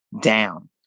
down